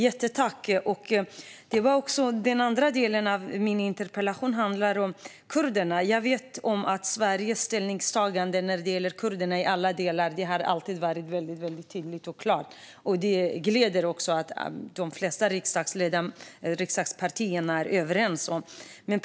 Jättetack! Det andra delen av min interpellation handlar om kurderna. Jag vet att Sveriges ställningstagande när det gäller kurderna i alla delar alltid har varit väldigt tydligt och klart. Det gläder mig också att de flesta riksdagspartier är överens i denna fråga.